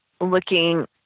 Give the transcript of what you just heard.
looking